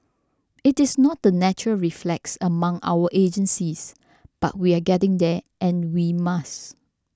it is not the natural reflex among our agencies but we are getting there and we must